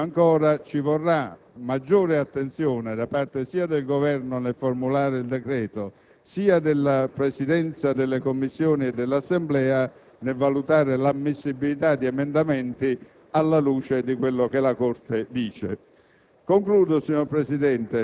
Mentre - ribadisco - ci vorrà maggiore attenzione da parte sia del Governo nell'adottare il decreto, sia della Presidenza delle Commissioni e dell'Assemblea, nel valutare l'ammissibilità di emendamenti, alla luce di quello che la Corte dice.